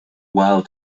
well